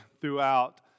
throughout